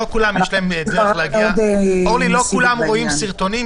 לא כולם רואים סרטונים.